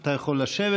אתה יכול לשבת.